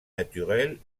naturelle